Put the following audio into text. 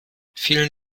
vielen